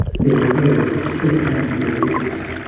their prayers still on their lips,